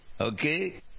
Okay